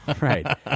right